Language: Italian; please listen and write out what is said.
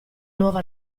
nuovo